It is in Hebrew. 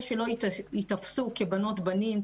כדי שלא יתפסו כבנות-בנים,